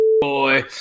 boy